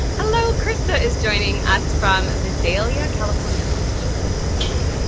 hello, krista is joining us from visalia, california. and not sure that i said that right,